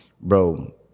bro